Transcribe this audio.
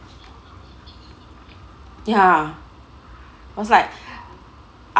ya was like